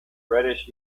reddish